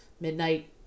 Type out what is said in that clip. Midnight